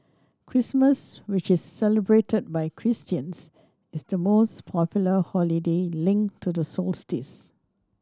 Christmas which is celebrated by Christians is the most popular holiday linked to the solstice